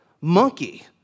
monkey